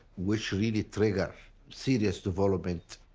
which really trigger serious development.